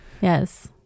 Yes